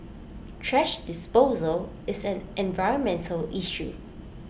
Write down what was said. thrash disposal is an environmental issue